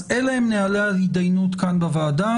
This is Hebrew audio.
אז אלה הם נהלי ההתדיינות כאן בוועדה.